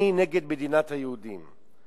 אני נגד מדינת היהודים.